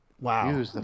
wow